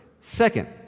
Second